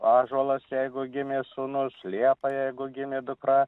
ąžuolas jeigu gimė sūnus liepa jeigu gimė dukra